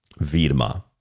Vidma